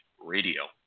Radio